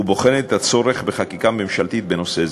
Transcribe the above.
ובוחנת את הצורך בחקיקה ממשלתית בנושא זה.